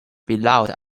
beloved